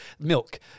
milk